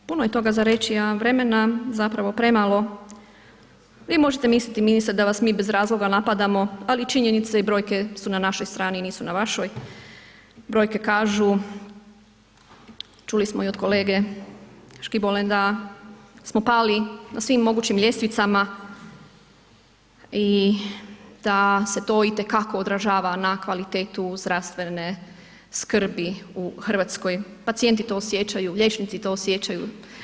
Da, puno je toga za reći a vremena zapravo premalo, vi možete misliti ministre da vas mi bez razloga napadamo ali činjenice i brojke su na našoj strani, nisu na vašoj, brojke kažu čuli smo i od kolege Škibole da smo pali na svim mogućim ljestvicama i da se to itekako održava na kvalitetu zdravstvene skrbi u Hrvatskoj, pacijenti to osjećaju, liječnici to osjećaju.